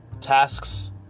tasks